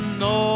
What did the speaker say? no